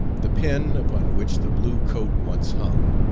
the pin upon which the blue coat once hung,